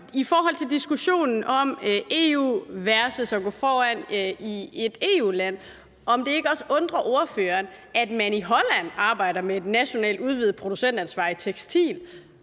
i forhold til diskussionen om EU versus det at gå foran som EU-land bare høre, om det ikke også undrer ordføreren, at man i Holland arbejder med et nationalt udvidet producentansvar inden